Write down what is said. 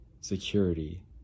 security